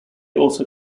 also